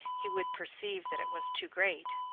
he would perceive that it was too great.